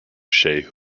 shai